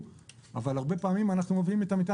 אבל הרבה פעמים אנחנו מביאים את המטען